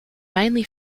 mainly